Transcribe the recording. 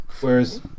whereas